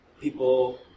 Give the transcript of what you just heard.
People